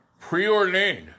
preordained